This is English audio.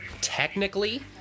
Technically